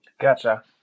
Gotcha